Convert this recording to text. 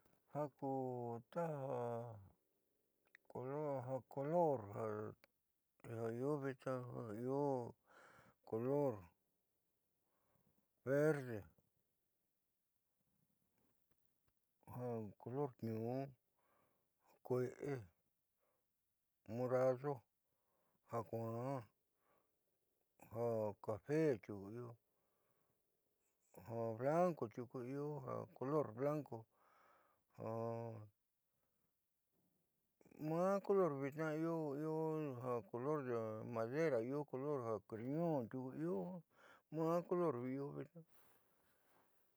Ja ku taja ku color io vitnaa ja io color verde ja color niuun, kue'e, morado, ja kuaan ja café tiuku io ja color blanco tiuku io maa color vitnaa io color de madera io color ñuun tiuku io jiaa maa color io vitnaa.